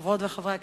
חברות וחברי הכנסת,